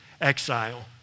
exile